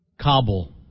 Kabul